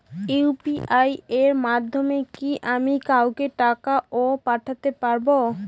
UPI এর মাধ্যমে কি আমি কাউকে টাকা ও পাঠাতে পারবো?